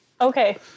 Okay